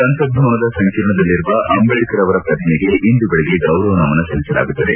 ಸಂಸತ್ ಭವನದ ಸಂಕೀರ್ಣದಲ್ಲಿರುವ ಅಂಬೇಡ್ಕರ್ ಅವರ ಪ್ರತಿಮೆಗೆ ಇಂದು ಬೆಳಗ್ಗೆ ಗೌರವ ನಮನ ಸಲ್ಲಿಸಲಾಗುತ್ತದೆ